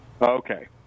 Okay